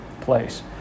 place